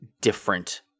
different